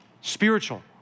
spiritual